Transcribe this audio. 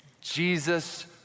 Jesus